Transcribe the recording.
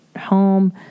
home